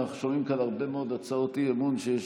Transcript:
אנחנו שומעים כאן הרבה מאוד הצעות אי-אמון שיש